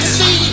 see